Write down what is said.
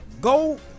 Go